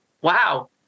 wow